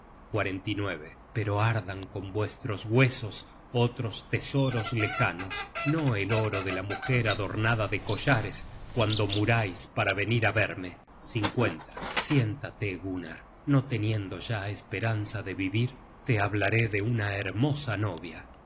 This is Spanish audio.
por mi causa pero ardan con vuestros huesos otros tesoros lejanos no el oro de la mujer adornada de collares cuando murais para venir á verme siéntate gunnar no teniendo ya esperanza de vivir te hablaré de una hermosa novia